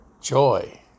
Joy